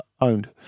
owned